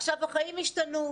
העולם השתנה,